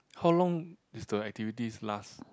how long is the activities last